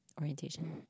orientation